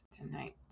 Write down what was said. tonight